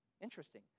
Interesting